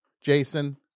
Jason